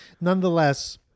nonetheless